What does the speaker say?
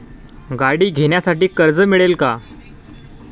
गाडी घेण्यासाठी कर्ज मिळेल का?